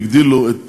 והגדילו את